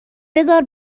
بزار